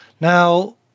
Now